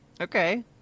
Okay